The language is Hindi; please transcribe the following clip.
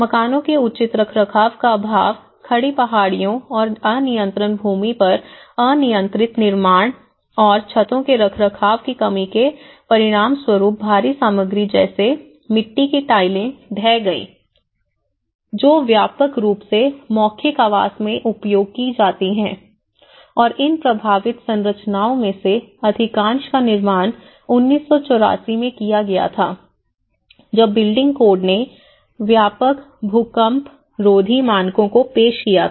मकानों के उचित रखरखाव का अभाव खड़ी पहाड़ियों और अनियंत्रित भूमि पर अनियंत्रित निर्माण और छतों के रखरखाव की कमी के परिणामस्वरूप भारी सामग्री जैसे मिट्टी की टाइलें ढह गईं जो व्यापक रूप से मौखिक आवास में उपयोग की जाती हैं और इन प्रभावित संरचनाओं में से अधिकांश का निर्माण 1984 में किया गया था जब बिल्डिंग कोड ने व्यापक भूकंपरोधी मानकों को पेश किया था